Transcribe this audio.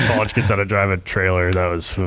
college kids how to drive a trailer, that